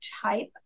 type